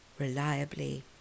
reliably